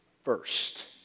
First